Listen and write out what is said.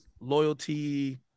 loyalty